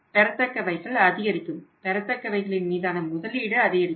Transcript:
பெறத்தக்கவைகள் அதிகரிக்கும் பெறத்தக்கவைகளின் மீதான முதலீடு அதிகரிக்கும்